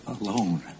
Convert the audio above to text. alone